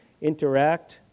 interact